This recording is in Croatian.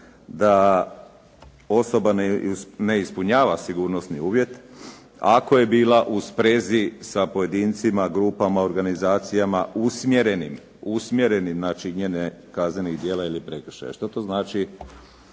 da osoba ne ispunjava sigurnosni uvjet ako je bila u sprezi sa pojedincima, grupama, organizacijama usmjerenim, usmjerenim, znači njene, kaznenih djela ili prekršaja. Što to znači